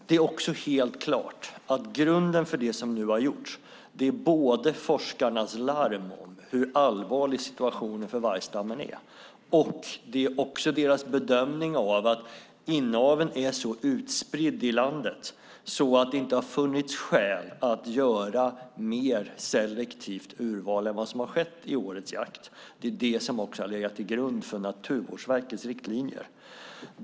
Det är alldeles tydligt att grunden för det som nu har gjorts är dels forskarnas larm om hur allvarlig situationen för vargstammen är, dels deras bedömning att inaveln är så pass utspridd i landet att det inte har funnits skäl att göra ett mer selektivt urval än vad som gjorts i årets jakt. Det har också legat till grund för Naturvårdsverkets riktlinjer.